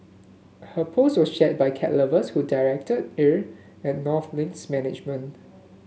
her post was shared by cat lovers who directed ire at North Link's management